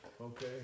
Okay